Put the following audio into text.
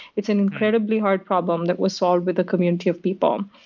it's incredibly hard problem that was solved with a community of people.